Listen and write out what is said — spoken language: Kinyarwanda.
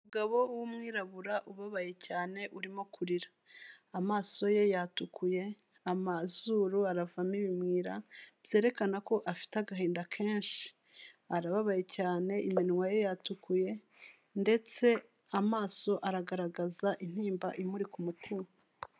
Umugabo w'umwirabura ubabaye cyane urimo kurira, amaso ye yatukuye, amazuru aravamo ibimwira byerekana ko afite agahinda kenshi, arababaye cyane iminwa ye yatukuye ndetse amaso aragaragaza intimba imuri ku mutima.